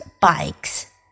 bikes